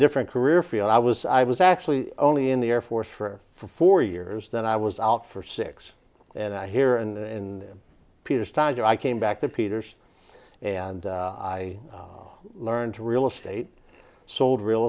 different career field i was i was actually only in the air force for four years then i was out for six and i hear in peter's time here i came back to peter's and i learned to real estate sold real